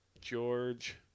George